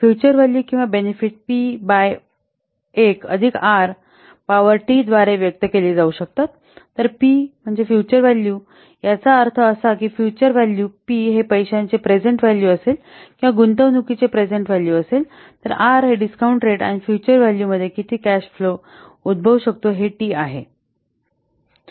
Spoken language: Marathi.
फ्युचर व्हॅल्यू किंवा बेनिफिट पी बाय 1 अधिक आर पॉवर टी द्वारे व्यक्त केले जाऊ शकतात तर पी फ्युचर व्हॅल्यू याचा अर्थ असा की फ्युचर व्हॅल्यू पी हे पैशाचे प्रेझेन्ट व्हॅल्यू असेल किंवा गुंतवणूकीचे प्रेझेन्टव्हॅल्यू असेल तर आर डिस्काउंट रेट आणि फ्युचर व्हॅल्यू मध्ये किती कॅश फ्लो उद्भवू शकतो हे टी आहे